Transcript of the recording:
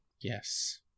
Yes